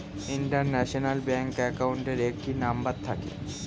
international bank অ্যাকাউন্টের একটি number থাকে